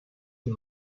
the